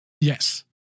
Yes